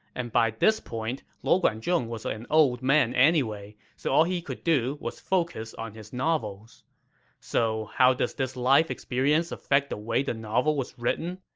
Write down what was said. and by this point, luo guanzhong was an old man anyway, so all he could do was focus on his novels so, how does this life experience affect the way the novel was written?